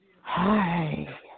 Hi